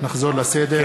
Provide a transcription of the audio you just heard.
--- נחזור לסדר.